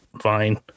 fine